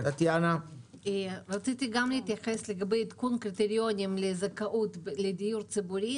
רציתי להתייחס לעדכון קריטריונים לזכאות לדיור ציבורי.